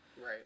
right